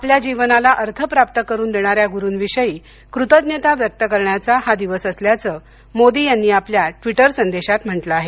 आपल्या जीवनाला अर्थ प्राप्त करून देणाऱ्या गुरुंविषयी कृतज्ञता व्यक्त करण्याचा हा दिवस असल्याचं मोदी यांनी आपल्या ट्विटर संदेशात म्हटलं आहे